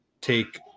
take